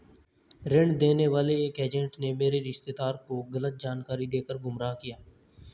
ऋण देने वाले एक एजेंट ने मेरे रिश्तेदार को गलत जानकारी देकर गुमराह किया